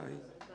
אני מתכבד